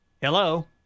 Hello